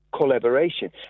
collaboration